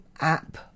app